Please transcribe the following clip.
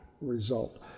result